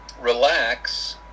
relax